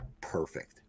perfect